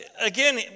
Again